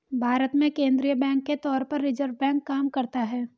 भारत में केंद्रीय बैंक के तौर पर रिज़र्व बैंक काम करता है